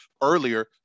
earlier